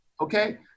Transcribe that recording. okay